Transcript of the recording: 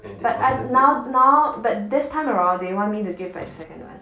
but I now now now but this time around they want me to give back the second one